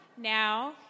now